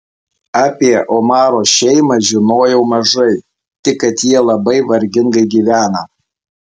apie omaro šeimą žinojau mažai tik kad jie labai vargingai gyvena